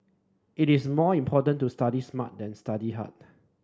it is more important to study smart than study hard